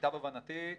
למיטב הבנתי,